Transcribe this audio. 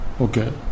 Okay